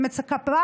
ואני מצפה,